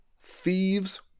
thieves